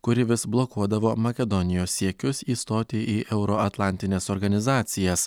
kuri vis blokuodavo makedonijos siekius įstoti į euroatlantines organizacijas